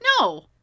No